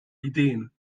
ideen